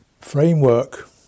framework